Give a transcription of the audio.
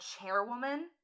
chairwoman